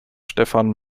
stefan